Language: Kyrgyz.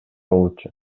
болчу